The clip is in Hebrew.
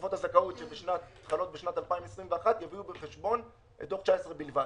שלתקופות הזכאות שחלות בשנת 2021 יביאו בחשבון את דוח 19' בלבד.